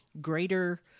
greater